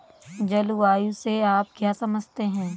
जलवायु से आप क्या समझते हैं?